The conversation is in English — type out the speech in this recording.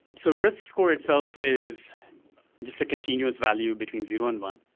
so risk score itself is just a continuous value between zero and one